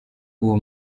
uwo